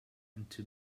into